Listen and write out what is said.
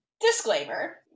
disclaimer